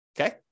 Okay